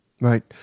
Right